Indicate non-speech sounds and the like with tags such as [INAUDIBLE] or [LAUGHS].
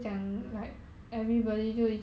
[LAUGHS]